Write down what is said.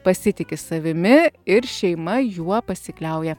pasitiki savimi ir šeima juo pasikliauja